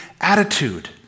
attitude